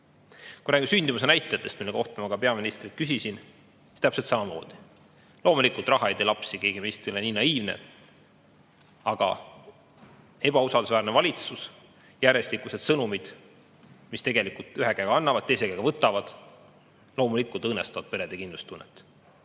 Kui me räägime sündimuse näitajatest, mille kohta ma ka peaministrilt küsisin, siis on täpselt samamoodi. Loomulikult, raha ei tee lapsi, keegi meist ei ole nii naiivne, et seda arvata. Aga ebausaldusväärne valitsus, järjestikused sõnumid, mis tegelikult ühe käega annavad, teise käega võtavad, loomulikult õõnestavad perede kindlustunnet.